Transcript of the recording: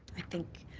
i think